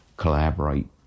collaborate